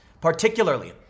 Particularly